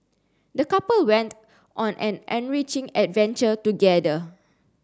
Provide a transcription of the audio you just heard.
the couple went on an enriching adventure together